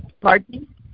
Pardon